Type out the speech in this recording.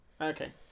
Okay